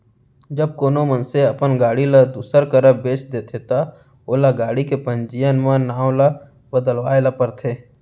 जब कोनो मनसे ह अपन गाड़ी ल दूसर करा बेंच देथे ता ओला गाड़ी के पंजीयन म नांव ल बदलवाए ल परथे